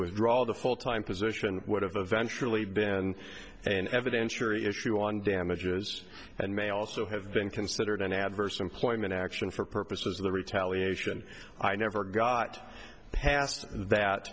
withdrawal of the full time position would have eventually been an evidentiary issue on damages and may also have been considered an adverse employment action for purposes of the retaliation i never got past that